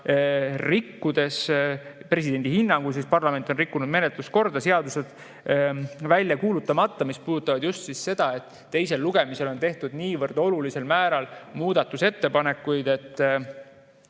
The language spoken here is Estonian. rikkudes – presidendi hinnangul on parlament rikkunud menetluskorda – seadused välja kuulutamata, mis puudutab just seda, et teisel lugemisel on tehtud niivõrd olulisel määral muudatusettepanekuid.